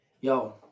Yo